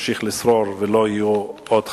ימשיכו לשרור ולא יהיו עוד חללים.